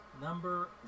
number